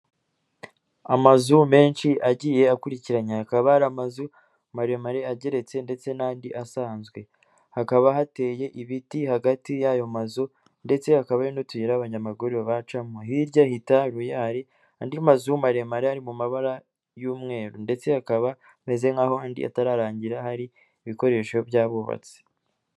Amazu menshi agiye akurikiranye akaba ari amazu maremare ageretse ndetse n'andi asanzwe, hakaba hateye ibiti hagati y'ayo mazu ndetse hakaba hari n'utuyira abanabanyamaguru babacamo, hirya hitaruye hari andi mazu maremare ari mu mabara y'umweru ndetse hakaba hameze nk'aho andi atararangira, hari ibikoresho by'abubatsi.